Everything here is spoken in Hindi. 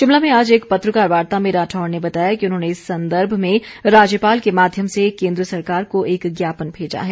शिमला में आज एक पत्रकार वार्ता में राठौर ने बताया कि उन्होंने इस संदर्भ में राज्यपाल के माध्यम से केंद्र सरकार को एक ज्ञापन भेजा है